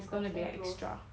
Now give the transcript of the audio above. is gonna be extra